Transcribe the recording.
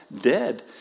dead